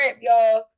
y'all